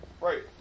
Right